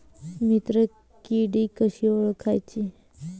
मित्र किडी कशी ओळखाची?